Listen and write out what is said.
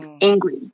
angry